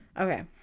Okay